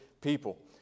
people